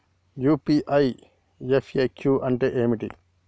UPI FAQ అంటే ఏమిటి?